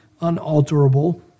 unalterable